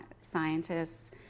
scientists